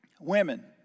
Women